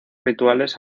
rituales